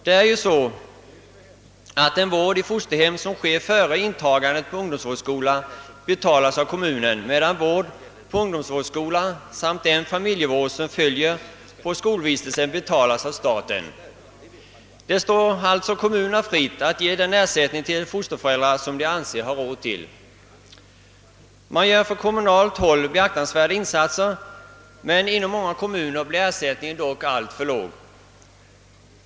Det är ju så att den vård i fosterhem, som sker före intagandet på ungdomsvårdsskola, betalas av kommunen, medan vård på ungdomsvårdsskola samt den familjevård som följer på skolvistelsen betalas av staten. Det står alltså kommunerna fritt att ge den ersättning till fosterföräldrarna som de anser sig ha råd till. Man gör från kommunalt håll beaktansvärda insatser, men inom många kommuner blir ersättningen dock alltför låg.